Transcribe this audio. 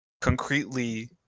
concretely